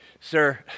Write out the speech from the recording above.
sir